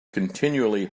continually